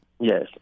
Yes